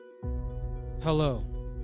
hello